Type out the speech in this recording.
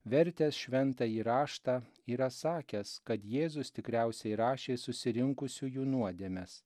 vertęs šventąjį raštą yra sakęs kad jėzus tikriausiai rašė susirinkusiųjų nuodėmes